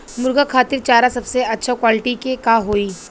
मुर्गी खातिर चारा सबसे अच्छा क्वालिटी के का होई?